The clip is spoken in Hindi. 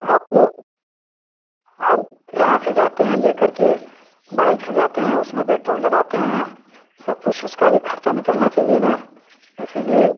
आपको आपके यहाँ से जाते हैं लेकर के बाइक से जाते हैं उसमें पेट्रोल डलाते हैं सब कुछ उसका भी खर्चा निकलना चाहिए न इसलिए